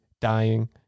dying